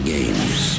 games